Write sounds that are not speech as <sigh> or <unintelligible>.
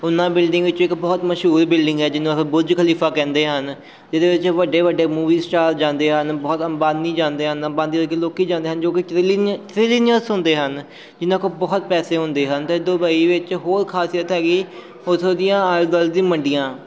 ਉਨ੍ਹਾਂ ਬਿਲਡਿੰਗ ਵਿੱਚ ਇੱਕ ਬਹੁਤ ਮਸ਼ਹੂਰ ਬਿਲਡਿੰਗ ਹੈ ਜਿਹਨੂੰ ਆਪਾਂ ਬੁਰਜ਼ ਖਲੀਫਾ ਕਹਿੰਦੇ ਹਨ ਜਿਹਦੇ ਵਿੱਚ ਵੱਡੇ ਵੱਡੇ ਮੂਵੀਜ਼ ਸਟਾਰ ਜਾਂਦੇ ਹਨ ਬਹੁਤ ਅੰਬਾਨੀ ਜਾਂਦੇ ਹਨ ਅੰਬਾਨੀ ਵਰਗੇ ਲੋਕ ਜਾਂਦੇ ਹਨ ਜੋ ਕਿ <unintelligible> ਟ੍ਰਿਲੀਅਨਸ ਹੁੰਦੇ ਹਨ ਜਿਹਨਾਂ ਕੋਲ ਬਹੁਤ ਪੈਸੇ ਹੁੰਦੇ ਹਨ ਅਤੇ ਦੁਬਈ ਵਿੱਚ ਹੋਰ ਖਾਸੀਅਤ ਹੈਗੀ ਉੱਥੋਂ ਦੀਆਂ ਆਲੇ ਦੁਆਲੇ ਦੀ ਮੰਡੀਆ